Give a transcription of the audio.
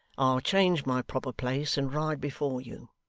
i'll change my proper place, and ride before you.